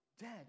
dead